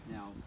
Now